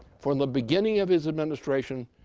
from the beginning of his administration,